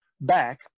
back